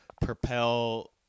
propel